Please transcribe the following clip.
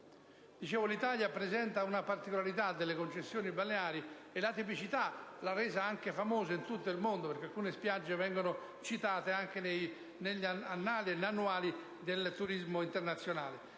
l'Italia presenta una sua particolarità nelle concessioni balneari, e tale tipicità l'ha resa anche famosa in tutto il mondo, perché alcune spiagge vengono citate negli annuari del turismo internazionale.